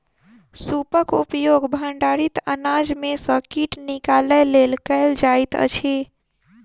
सूपक उपयोग भंडारित अनाज में सॅ कीट निकालय लेल कयल जाइत अछि